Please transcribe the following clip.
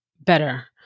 better